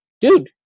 dude